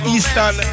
Eastern